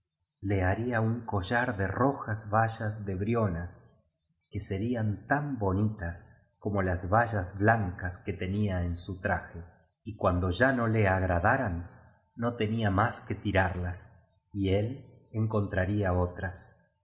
le liaría un collar de rojas bayas de brionas que serían tan bonitas como las bayas blancas que tenía en su traje y cuando ya no le agradaran no tenía más que tirarlas y él encontraría otras